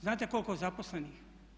Znate koliko zaposlenih?